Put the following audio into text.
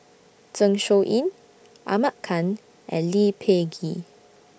Zeng Shouyin Ahmad Khan and Lee Peh Gee